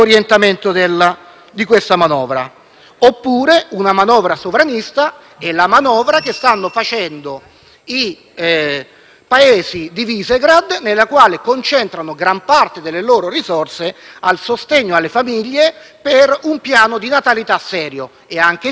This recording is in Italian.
Oppure, una manovra sovranista è la manovra che stanno attuando i Paesi di Visegràd nella quale concentrano gran parte delle loro risorse al sostegno alle famiglie per un piano di natalità serio. Anche a questo proposito in questa manovra non c'è nulla.